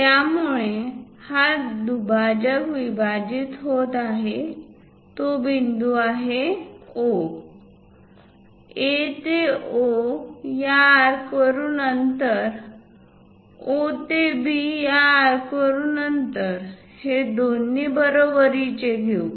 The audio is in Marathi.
ज्यामुळे हा दुभाजक विभाजित होत आहे तो बिंदू आहे O A ते O या आर्क वरून अंतर O ते B या आर्क वरून अंतर हे दोन्ही बरोबरीचे घेऊ